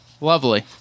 Lovely